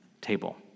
table